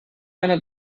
einer